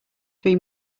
three